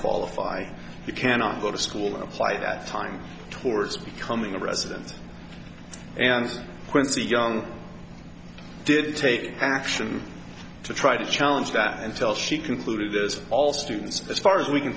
qualify you cannot go to school apply that time towards becoming a resident and quincy young did take action to try to challenge that until she concluded this all students as far as we can